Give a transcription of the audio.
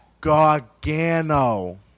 Gargano